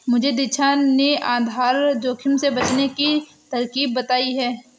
मुझे दीक्षा ने आधार जोखिम से बचने की तरकीब बताई है